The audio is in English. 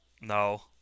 No